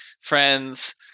friends